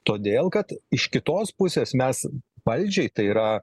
todėl kad iš kitos pusės mes valdžiai tai yra